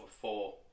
four